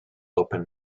open